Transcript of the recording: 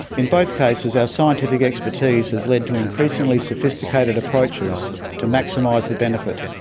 in both cases our scientific expertise has led to increasingly sophisticated approaches to maximise the benefit.